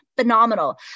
phenomenal